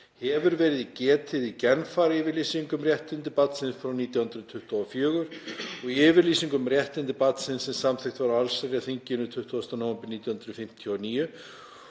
hefur verið getið í Genfaryfirlýsingu um réttindi barnsins frá 1924 og í yfirlýsingu um réttindi barnsins sem samþykkt var á allsherjarþinginu hinn 20. nóvember 1959,